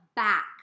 back